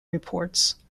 reports